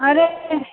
अरे